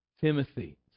Timothy